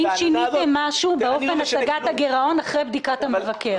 האם שיניתם משהו באופן הצגת הגירעון אחרי בדיקת המבקר?